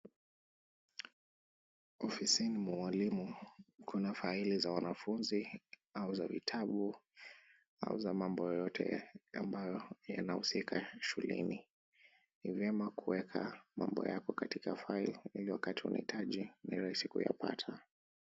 Ofisini mwa walimu, kuna faili za wanafunzi au za vitabu au za mambo yoyote ambayo yanahusika shuleni. Ni vyema kuweka mambo yako katika file ili wakati unahitaji ni rahisi kuyapata.